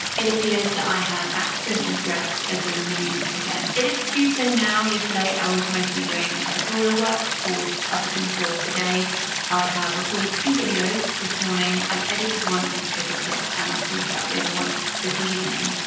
it appears that i have accidentally dressed as a minion again. it is tuesday now, yesterday i was mostly doing editorial work for other people, today i have recorded two videos this morning, i've edited one and scheduled it and i'll sort out the other one this evening,